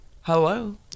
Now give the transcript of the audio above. hello